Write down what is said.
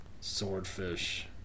Swordfish